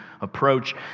approach